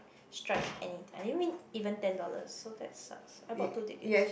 strike any I didn't win even ten dollars so that sucks I bought two tickets